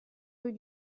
rue